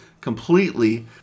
completely